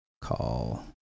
Call